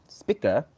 speaker